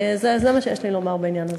זה מה שיש לי לומר בעניין הזה.